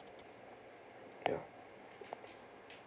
ya